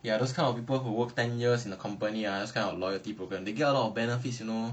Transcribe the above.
ya those kind of people who work ten years in the company ah those kind of loyalty program they get a lot of benefits you know